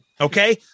Okay